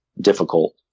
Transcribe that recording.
difficult